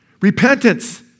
Repentance